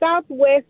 southwest